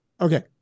Okay